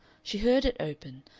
she heard it open,